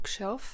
Bookshelf